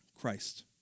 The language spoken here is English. Christ